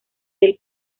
del